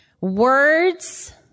words